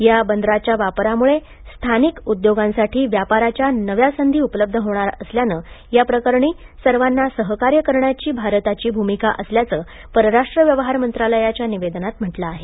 या बंदराच्या वापरामुळे स्थानिक उद्योगांसाठी व्यापाराच्या नव्या संधी उपलब्ध होणार असल्याने या प्रकरणी सर्वांना सहकार्य करण्याची भारताची भूमिका असल्याचे परराष्ट्र व्यवहार मंत्रालयाच्या निवेदनात म्हटले आहे